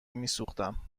میسوختم